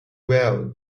valley